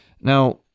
Now